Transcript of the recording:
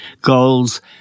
goals